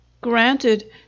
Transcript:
Granted